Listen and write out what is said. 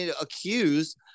accused